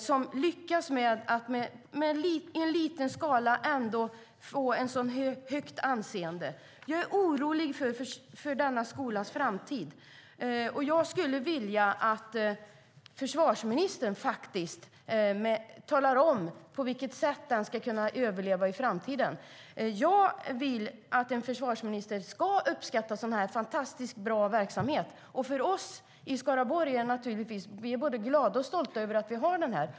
Den lyckas med att i liten skala få ett högt anseende. Jag är orolig för denna skolas framtid. Jag skulle vilja att försvarsministern talar om på vilket sätt den ska kunna överleva i framtiden. Jag vill att en försvarsminister ska uppskatta en sådan fantastiskt bra verksamhet. Vi i Skaraborg är både glada och stolta över att vi har den.